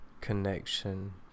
connection